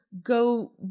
go